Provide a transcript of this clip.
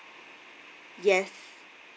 yes